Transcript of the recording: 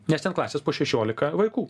nes ten klasės po šešiolika vaikų